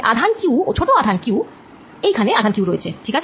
আধান Q ও ছোট আধান q - এইখানে আধান Q রয়েছে ঠিক আছে